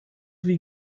wie